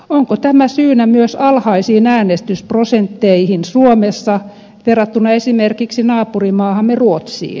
onko tämä syynä myös alhaisiin äänestysprosentteihin suomessa verrattuna esimerkiksi naapurimaahamme ruotsiin